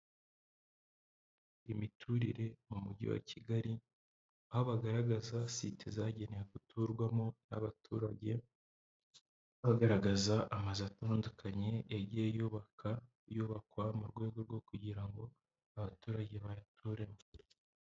Imiturire mu mujyi wa kigali. Aho bagaragaza site zagenewe guturwamo n’abaturage, bagaragaza amazu atandukanye yagiye yubakwa. Mu rwego rwo kugira ngo abaturage bayaturemo.